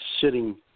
sitting